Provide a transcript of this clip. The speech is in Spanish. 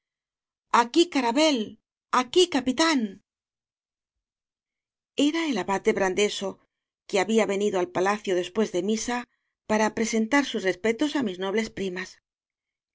aquí carabel aqui capitán era el abad de brandeso que había venido al palacio después de misa para presentar sus respetos á mis nobles primas